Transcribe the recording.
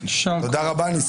תודה רבה רבה.